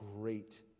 great